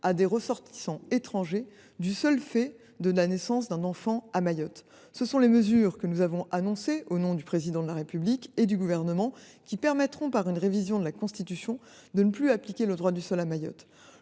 à des ressortissants étrangers du seul fait que leur enfant est né à Mayotte. Ainsi, les mesures que nous avons annoncées, au nom du Président de la République et du Gouvernement, permettront, après une révision de la Constitution, de ne plus appliquer le droit du sol à Mayotte.